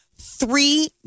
Three